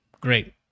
great